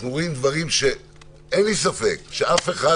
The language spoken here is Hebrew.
אנחנו רואים דברים שאין לי ספק שאף אחד